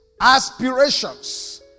aspirations